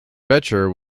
becher